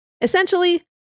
Essentially